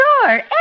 sure